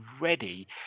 ready